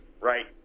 right